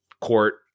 court